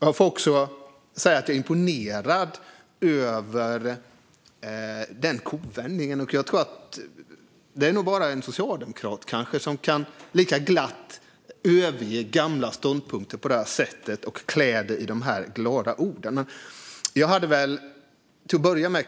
Jag får också säga att jag är imponerad över kovändningen, och jag tror kanske att bara en socialdemokrat kan överge gamla ståndpunkter på det här sättet och klä det i sådana glada ord. Jag har två frågor till att börja med.